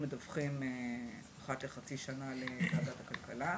מדווחים אחת לחצי שנה לוועדת הכלכלה.